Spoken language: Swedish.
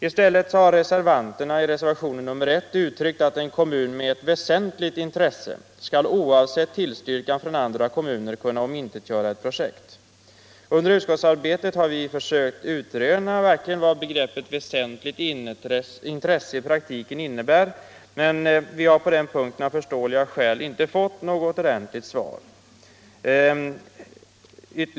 I stället har man i reservationen 1 uttryckt det så, att en kommun med ett ”väsentligt intresse” skall oavsett tillstyrkan från andra kommuner kunna omintetgöra ett projekt. Under utskottsarbetet har vi försökt utröna vad begreppet ”väsentligt intresse” i praktiken innebär, men vi har på den punkten av förståeliga skäl inte fått något ordentligt svar.